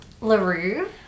LaRue